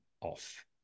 off